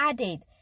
added